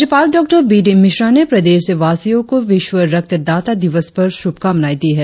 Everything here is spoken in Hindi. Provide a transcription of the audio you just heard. राज्यपाल डॉ बी डी मिश्रा ने प्रदेशवासियों को विश्व रक्तदाता दिवस पर शुभकामनाएं दी है